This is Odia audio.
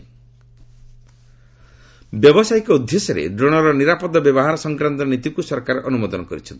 ଗମେଣ୍ଟ ଡ୍ରୋନ୍ ବ୍ୟାବସାୟିକ ଉଦ୍ଦେଶ୍ୟରେ ଡ୍ରୋନ୍ର ନିରାପଦ ବ୍ୟବହାର ସଂକ୍ରାନ୍ତ ନୀତିକୁ ସରକାର ଅନୁମୋଦନ କରିଛନ୍ତି